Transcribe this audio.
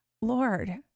Lord